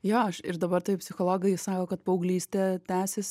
jo aš ir dabar tai psichologai sako kad paauglystė tęsis